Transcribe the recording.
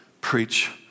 preach